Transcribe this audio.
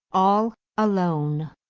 all alone.